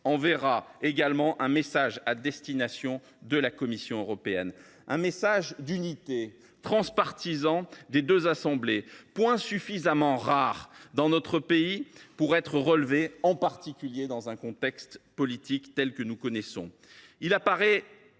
enverra également un message à destination de la Commission européenne, un message d’unité transpartisan des deux assemblées. C’est un point suffisamment rare dans notre pays pour être relevé, en particulier dans le contexte politique que nous connaissons. Dès lors,